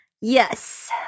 Yes